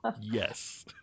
Yes